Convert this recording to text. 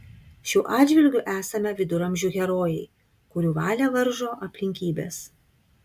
šiuo atžvilgiu esame viduramžių herojai kurių valią varžo aplinkybės